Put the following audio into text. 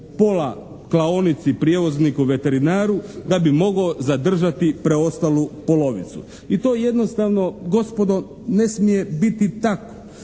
pola klaonici, prijevozniku veterinaru da bi mogao zadržati preostalu polovicu. I to jednostavno gospodo ne smije biti tako.